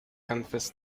confess